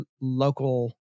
local